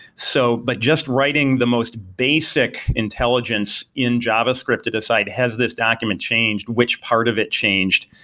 so but just writing the most basic intelligence in javascript to decide, has this document changed? which part of it changed?